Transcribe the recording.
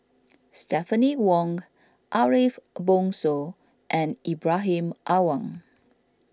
Stephanie Wong Ariff Bongso and Ibrahim Awang